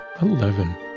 Eleven